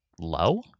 low